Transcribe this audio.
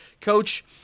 coach